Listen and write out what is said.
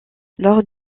lors